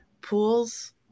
pools